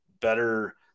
better